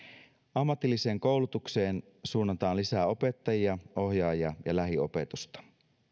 ammatilliseen koulutukseen suunnataan lisää opettajia ohjaajia ja ja lähiopetusta